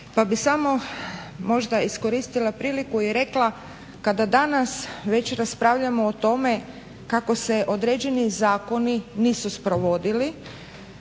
pa bi samo možda iskoristila priliku i rekla kada danas već raspravljamo o tome kako se određeni zakoni nisu sprovodili,